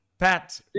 Pat